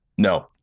no